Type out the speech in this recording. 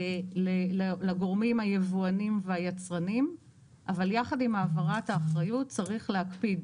לגורמים היבואנים והיצרנים אבל יחד עם העברת האחריות צריך להקפיד,